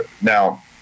Now